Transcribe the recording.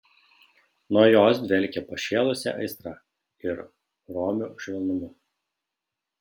nuo jos dvelkė pašėlusia aistra ir romiu švelnumu